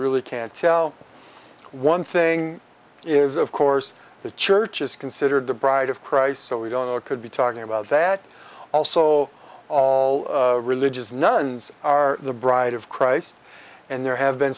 really can't tell one thing is of course the church is considered the bride of christ so we don't know could be talking about that also all religious nuns are the bride of christ and there have been